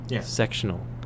sectional